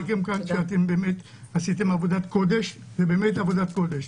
אתם באמת עשיתם עבודת קודש ובאמת זו עבודת קודש.